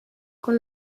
con